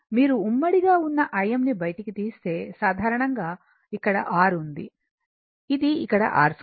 మీరు ఉమ్మడిగా ఉన్న Im ని బయటకి తీస్తే సాధారణంగా ఇక్కడ R ఉంది ఇది ఇక్కడ R 2 మరియు ఇక్కడ ω L 2